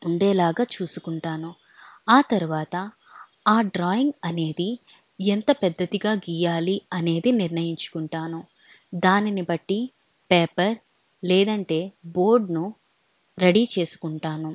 ఉండేలాగా చూసుకుంటాను ఆ తర్వాత ఆ డ్రాయింగ్ అనేది ఎంత పెద్దదిగా గీయాలి అనేది నిర్ణయించుకుంటాను దానిని బట్టి పేపర్ లేదంటే బోర్డ్ను రెడీ చేసుకుంటాను